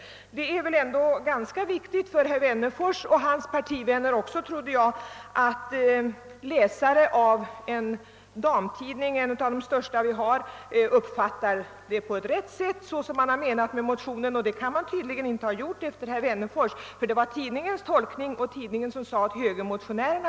Jag trodde att det ändå skulle vara ganska viktigt också för herr Wennerfors och hans partivänner att läsarna av en av våra största damtidningar kunde få en riktig uppfattning om vad som avsetts med motionen, och det har man tydligen inte fått enligt herr Wennerfors. Tidningen gjorde nämligen den tolkning jag citerade, och det var tidningen som uttalade ett fy mot högermotionärerna.